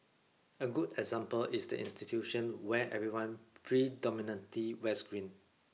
a good example is the institution where everyone predominantly wears green